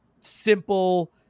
simple